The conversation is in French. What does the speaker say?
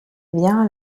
vient